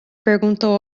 perguntou